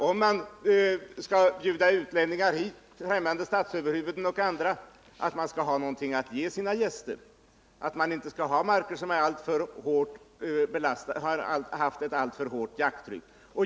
Om man skall bjuda hit utlänningar — främmande statsöverhuvuden och andra — gäller det ju att ha någonting att ge sina gäster, att inte ha marker som har haft ett alltför hårt jakttryck.